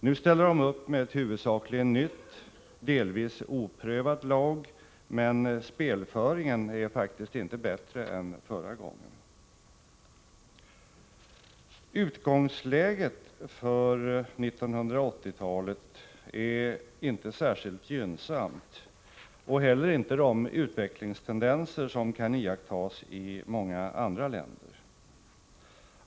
Nu ställer de upp med ett huvudsakligen nytt, delvis oprövat lag, men spelföringen är faktiskt inte bättre än förra gången. Utgångsläget för 1980-talet är inte särskilt gynnsamt och heller inte de utvecklingstendenser som kan iakttas i många andra länder.